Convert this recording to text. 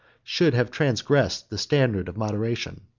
should have transgressed the standard of moderation.